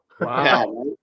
Wow